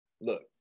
look